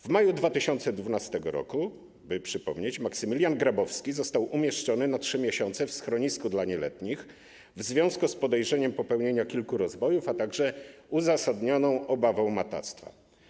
W maju 2012 r., by przypomnieć, Maksymilian Grabowski został umieszczony na 3 miesiące w schronisku dla nieletnich w związku z podejrzeniem popełnienia kilku rozbojów, a także uzasadnioną obawą matactwa.